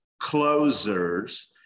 closers